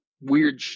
weird